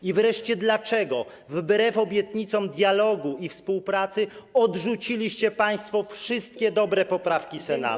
I wreszcie dlaczego wbrew obietnicom dialogu i współpracy odrzuciliście państwo wszystkie dobre poprawki Senatu?